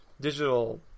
digital